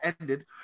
ended